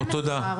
תודה.